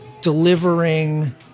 delivering